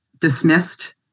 dismissed